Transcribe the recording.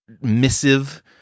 Missive